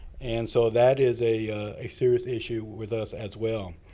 and so, that is a a serious issue with us, as well.